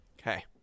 Okay